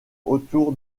autour